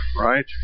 right